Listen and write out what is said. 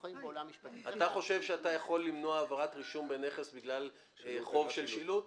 אתה חושב שאתה יכול למנוע העברת רישום בנכס בגלל חוב של שילוט?